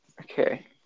Okay